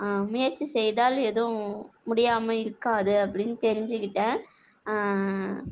முயற்சி செய்தால் எதுவும் முடியாமல் இருக்காது அப்படினு தெரிஞ்சிக்கிட்டேன்